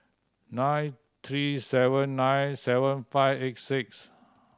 nine three seven nine seven five eight six